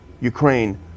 Ukraine